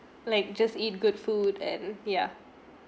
like just eat good food and ya